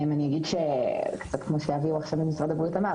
אני אגיד קצת כמו שאביהו ממשרד הבריאות אמר.